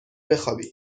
بخوابی